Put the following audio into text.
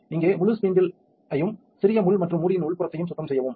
இங்கே முழு ஸ்பீண்டில் ஐயும் சிறிய முள் மற்றும் மூடியின் உட்புறத்தையும் சுத்தம் செய்யவும்